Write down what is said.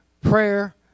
prayer